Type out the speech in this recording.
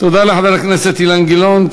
תודה לחבר הכנסת אילן גילאון.